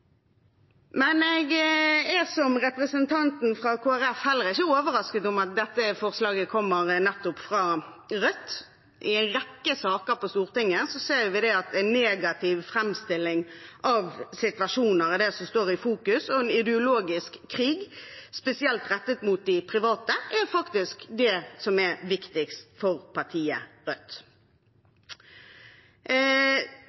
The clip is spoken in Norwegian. Jeg er, som representanten fra Kristelig Folkeparti, heller ikke overrasket over at dette forslaget kommer nettopp fra Rødt. I en rekke saker på Stortinget ser vi at en negativ framstilling av situasjoner er det som står i fokus, og at en ideologisk krig, spesielt rettet mot de private, er det som er viktigst for partiet Rødt.